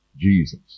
Jesus